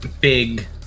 big